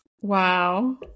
Wow